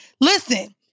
Listen